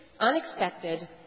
Unexpected